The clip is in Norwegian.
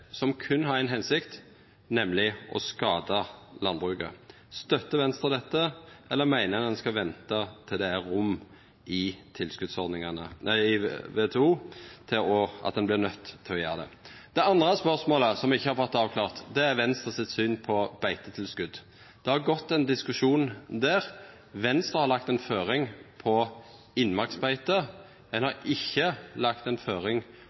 som berre har éin hensikt, nemleg å skada landbruket. Støttar Venstre dette, eller meiner ein at ein skal venta til det er rom i WTO til at ein vert nøydd til å gjera det? Det andre spørsmålet som me ikkje har fått avklart, er Venstres syn på beitetilskot. Det har gått ein diskusjon der. Venstre har lagt ei føring på innmarksbeite. Ein har ikkje lagt ei føring